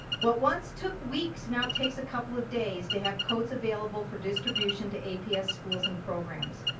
what once took weeks now takes a couple of days to have coats available for distribution to aps schools and programs.